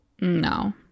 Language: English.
No